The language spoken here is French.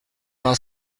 vingt